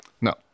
No